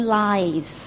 lies